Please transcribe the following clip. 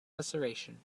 susurration